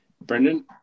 Brendan